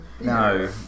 no